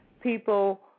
people